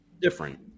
different